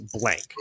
blank